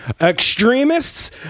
extremists